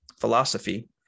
philosophy